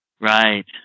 Right